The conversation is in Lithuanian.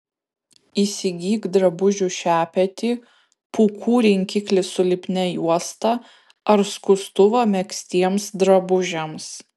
įsigyk drabužių šepetį pūkų rinkiklį su lipnia juosta ar skustuvą megztiems drabužiams